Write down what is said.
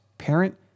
parent